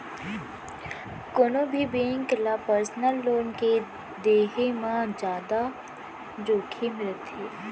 कोनो भी बेंक ल पर्सनल लोन के देहे म जादा जोखिम रथे